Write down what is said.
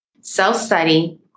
Self-study